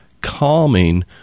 calming